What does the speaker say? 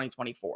2024